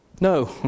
No